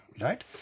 right